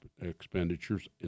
expenditures